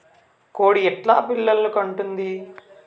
కోడి ఎట్లా పిల్లలు కంటుంది?